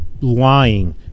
lying